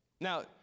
now